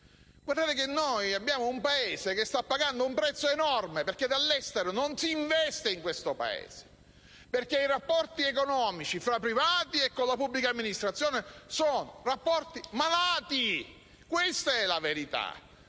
tra privati? Il Paese sta pagando un prezzo enorme, perché dall'estero non si investe in Italia, perché i rapporti economici tra privati e con la pubblica amministrazione sono malati. Questa è la verità: